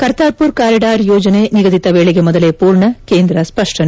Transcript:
Kartarpur corridor ಯೋಜನೆ ನಿಗದಿತ ವೇಳೆಗೆ ಮೊದಲೇ ಪೂರ್ಣ ಕೇಂದ್ರ ಸ್ಪಷ್ಟನೆ